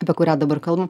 apie kurią dabar kalbam